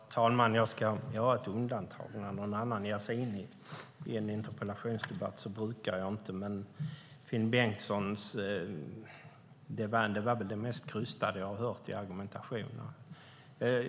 Herr talman! Jag ska göra ett undantag. När någon annan ger sig in i en interpellationsdebatt brukar jag inte bemöta vederbörande, men Finn Bengtssons argumentation var väl den mesta krystade jag har hört.